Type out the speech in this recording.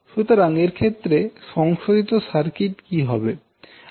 সুতরাং এর ক্ষেত্রে সংশোধিত সার্কিট কি হবে